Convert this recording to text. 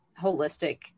holistic